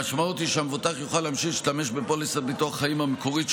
המשמעות היא שהמבוטח יוכל להמשיך להשתמש בפוליסת ביטוח החיים המקורית,